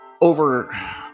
over